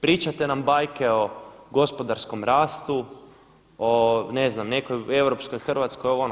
Pričate nam bajke o gospodarskom rastu, o ne znam nekoj europskoj Hrvatskoj, ovo, ono.